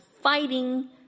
fighting